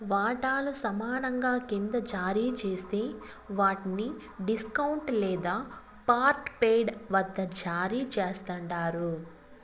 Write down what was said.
వాటాలు సమానంగా కింద జారీ జేస్తే వాట్ని డిస్కౌంట్ లేదా పార్ట్పెయిడ్ వద్ద జారీ చేస్తండారు